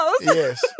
yes